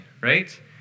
Right